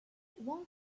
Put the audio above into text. want